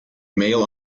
mail